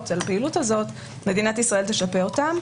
על הפעילות הזאת מדינת ישראל תשפה אותם.